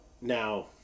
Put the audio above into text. now